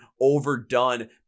overdone